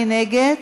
מי נגד?